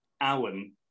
Alan